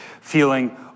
feeling